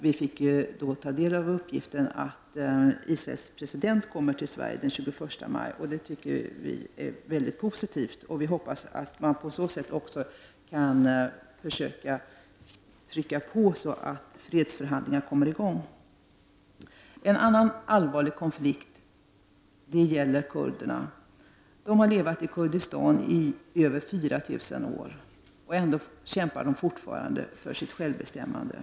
a. fick vi veta att Israels president kommer till Sverige den 21 maj. Det tycker vi är positivt. Vi hoppas att man försöker trycka på så att fredsförhandlingar kommer i gång. En annan allvarlig konflikt gäller kurderna. De har levt i Kurdistan i över 4 000 år. Ändå kämpar de fortfarande för sitt självbestämmande.